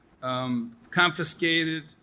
confiscated